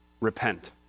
Repent